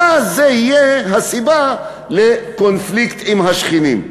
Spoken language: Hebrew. ואז זה יהיה הסיבה לקונפליקט עם השכנים.